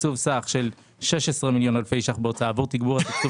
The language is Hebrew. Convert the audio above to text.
תקצוב סך של 16 מיליון ש"ח בהוצאה עבור תגבור התקצוב